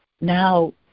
now